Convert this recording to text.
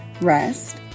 rest